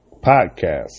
podcast